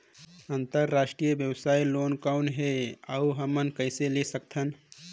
अंतरव्यवसायी लोन कौन हे? अउ हमन कइसे ले सकथन?